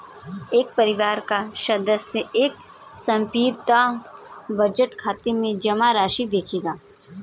एक परिवार का सदस्य एक समर्पित बचत खाते में जमा राशि रखेगा